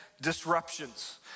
Disruptions